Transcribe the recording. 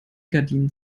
gardinen